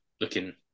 looking